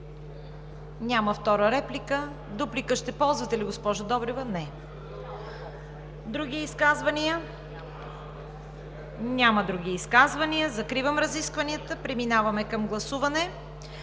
Втора реплика? Няма. Дуплика ще ползвате ли, госпожо Добрева? Не. Други изказвания? Няма. Закривам разискванията. Преминаваме към гласуване.